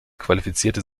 qualifizierte